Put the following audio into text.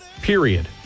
period